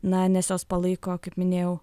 na nes jos palaiko kaip minėjau